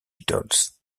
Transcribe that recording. beatles